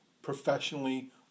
professionally